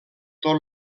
tot